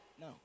No